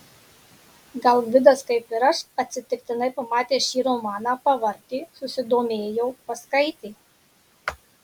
gal gvidas kaip ir aš atsitiktinai pamatęs šį romaną pavartė susidomėjo paskaitė